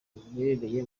giherereye